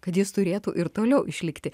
kad jis turėtų ir toliau išlikti